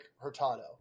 Hurtado